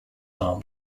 are